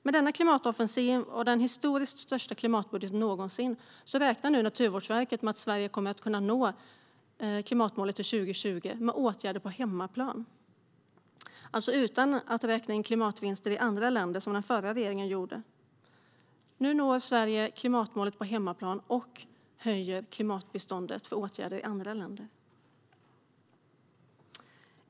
Med denna klimatoffensiv och den största klimatbudgeten någonsin räknar Naturvårdsverket med att Sverige kommer att kunna nå klimatmålet till 2020 med åtgärder på hemmaplan - alltså utan att räkna in klimatvinster i andra länder, som den förra regeringen gjorde. Nu når Sverige klimatmålet på hemmaplan och höjer klimatbiståndet för åtgärder i andra länder.